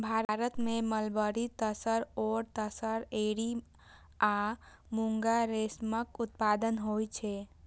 भारत मे mulberry, tasar, oak tasar, eri आ मूंगा रेशमक उत्पादन होइ छै